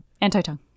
Anti-tongue